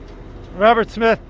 robert smith,